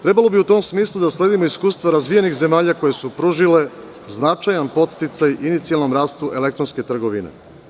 Trebalo bi u tom smislu da sledimo iskustva razvijenih zemalja koje supružile značajan podsticaj inicijalnom rastu elektronske trgovine.